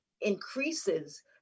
increases